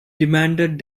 demanded